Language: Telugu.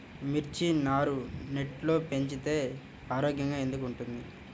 మిర్చి నారు నెట్లో పెంచితే ఆరోగ్యంగా ఎందుకు ఉంటుంది?